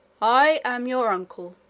i am your uncle,